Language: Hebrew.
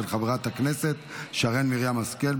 של חברת הכנסת שרן מרים השכל,